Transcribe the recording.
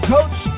Coach